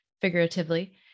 figuratively